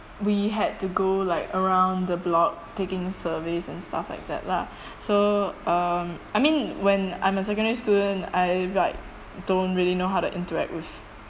we had to go like around the block taking surveys and stuff like that lah so um I mean when I'm a secondary student I like don't really know how to interact with